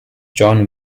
john